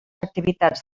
activitats